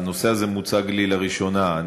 אז הנושא הזה מוצג לי לראשונה.